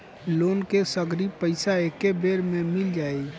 Loan के सगरी पइसा एके बेर में मिल जाई?